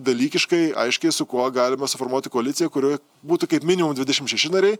dalykiškai aiškiai su kuo galima suformuoti koaliciją kurioj būtų kaip minimum dvidešimt šeši nariai